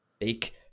fake